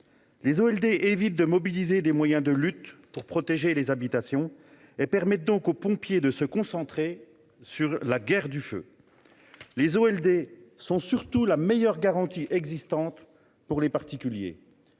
elles évitent de mobiliser des moyens de lutte pour protéger les habitations et permettent donc aux pompiers de se concentrer sur la guerre contre le feu. Surtout, les OLD sont la meilleure garantie existante pour les particuliers